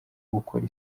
gukora